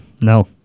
No